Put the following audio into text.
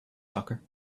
soccer